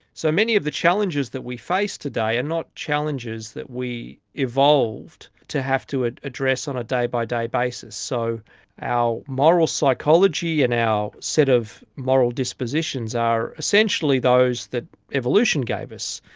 so, many of the challenges that we face today are and not challenges that we evolved to have to address on a day by day basis. so our moral psychology and our set of moral dispositions are essentially those that evolution gave us.